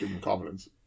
confidence